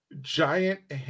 giant